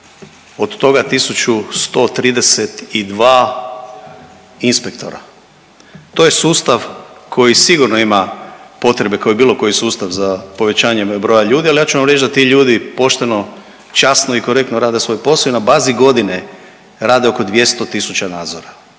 Od toga, 1132 inspektora. To je sustav koji sigurno ima potrebe koji bilo koji sustav za povećanjem broja ljudi, ali ja ću vam reći da ti ljudi pošteno, časno i korektno rade svoj posao i na bazi godine rade oko 200 tisuća nadzora.